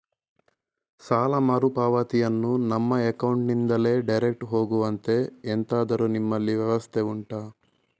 ಸಾಲ ಮರುಪಾವತಿಯನ್ನು ನಮ್ಮ ಅಕೌಂಟ್ ನಿಂದಲೇ ಡೈರೆಕ್ಟ್ ಹೋಗುವಂತೆ ಎಂತಾದರು ನಿಮ್ಮಲ್ಲಿ ವ್ಯವಸ್ಥೆ ಉಂಟಾ